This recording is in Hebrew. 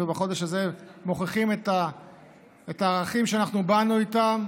ובחודש הזה מוכיחים את הערכים שאנחנו באנו איתם.